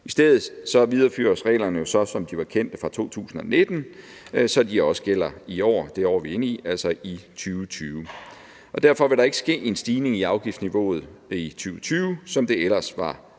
I stedet videreføres reglerne jo så, som de var kendte, fra 2019, så de også gælder i år, det år, vi er inde i, altså i 2020. Og derfor vil der ikke sket en stigning i afgiftsniveauet i 2020, som det ellers var